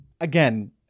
Again